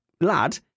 lad